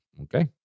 Okay